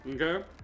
Okay